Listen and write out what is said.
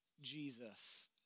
Jesus